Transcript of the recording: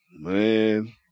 man